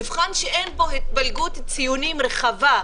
מבחן שאין בו התפלגות ציונים רחבה,